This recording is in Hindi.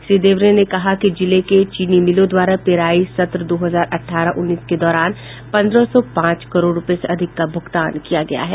श्री देवरे ने कहा है कि जिले के चीनी मिलों द्वारा पेराई सत्र दो हजार अठारह उन्नीस के दौरान पन्द्रह सौ पांच करोड़ रूपये से अधिक का भुगतान किया गया है